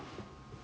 can lah